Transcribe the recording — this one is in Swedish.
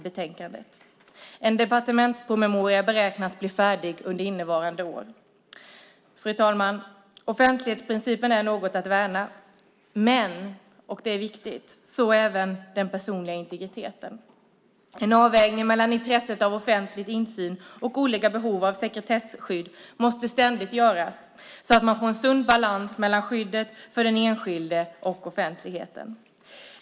En departementspromemoria beräknas bli färdig under innevarande år. Fru talman! Offentlighetsprincipen är något att värna. Men, och det är viktigt, så även den personliga integriteten. En avvägning mellan intresset av offentlig insyn och olika behov av sekretesskydd måste ständigt göras så att man får en sund balans mellan skyddet för den enskilde och offentligheten.